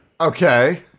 Okay